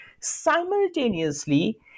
Simultaneously